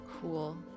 cool